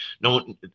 No